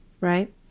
right